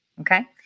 okay